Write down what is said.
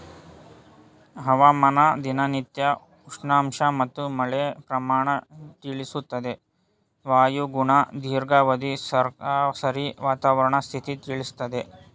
ಹವಾಮಾನ ದಿನನಿತ್ಯ ಉಷ್ಣಾಂಶ ಮತ್ತು ಮಳೆ ಪ್ರಮಾಣ ತಿಳಿಸುತ್ತೆ ವಾಯುಗುಣ ದೀರ್ಘಾವಧಿ ಸರಾಸರಿ ವಾತಾವರಣ ಸ್ಥಿತಿ ತಿಳಿಸ್ತದೆ